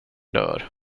dör